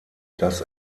das